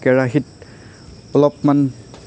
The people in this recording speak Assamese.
কেৰাহীত অলপমান